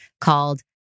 called